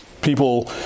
people